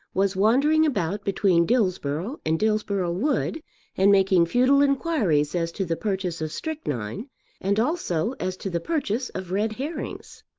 was wandering about between dillsborough and dillsborough wood and making futile inquiries as to the purchase of strychnine and also as to the purchase of red herrings.